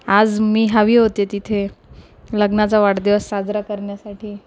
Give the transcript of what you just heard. आज मी हवी होते तिथे लग्नाचा वाढदिवस साजरा करण्यासाठी